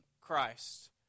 Christ